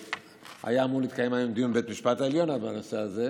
היה אמור להתקיים היום דיון בבית המשפט העליון בנושא הזה,